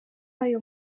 ayo